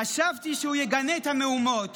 חשבתי שהוא יגנה את המהומות